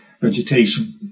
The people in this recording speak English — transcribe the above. vegetation